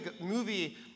movie